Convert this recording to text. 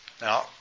Now